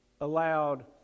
allowed